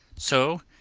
so,